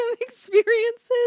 experiences